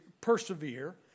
persevere